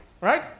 Right